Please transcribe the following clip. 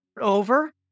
over